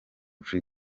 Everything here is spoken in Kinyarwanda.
free